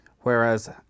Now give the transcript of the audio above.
whereas